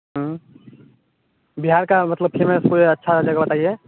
बिहार का मतलब फेमस कोई अच्छी जगह बताइए